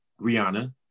Rihanna